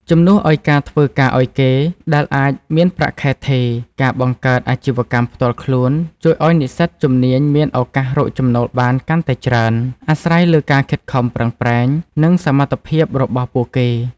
ជំនួសឱ្យការធ្វើការឱ្យគេ ដែលអាចមានប្រាក់ខែថេរ ការបង្កើតអាជីវកម្មផ្ទាល់ខ្លួនជួយឱ្យនិស្សិតជំនាញមានឱកាសរកចំណូលបានកាន់តែច្រើន អាស្រ័យលើការខិតខំប្រឹងប្រែង និងសមត្ថភាពរបស់ពួកគេ។